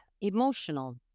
emotional